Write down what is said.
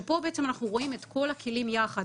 ופה אנחנו רואים את כל הכלים יחד,